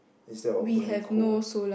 instead of burning coal